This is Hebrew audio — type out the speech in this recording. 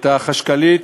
את החשכ"לית,